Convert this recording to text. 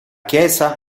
chiesa